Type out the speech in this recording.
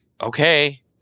Okay